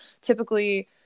typically